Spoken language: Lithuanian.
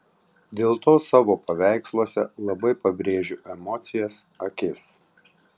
dėl to savo paveiksluose labai pabrėžiu emocijas akis